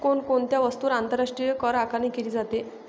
कोण कोणत्या वस्तूंवर आंतरराष्ट्रीय करआकारणी केली जाते?